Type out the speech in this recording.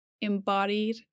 embodied